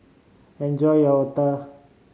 enjoy your otah